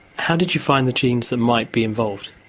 how did you find the genes that might be involved?